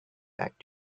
back